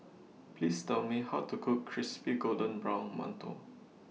Please Tell Me How to Cook Crispy Golden Brown mantou